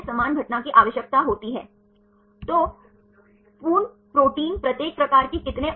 मैं आपको बताऊंगा कि टाइप 1 क्या है और टाइप 2 और टाइप 3 और टाइप 1 टर्न जो अन्य प्रकार 2 और 3 की तुलना में अधिक बार हो रहे हैं